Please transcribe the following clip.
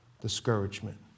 discouragement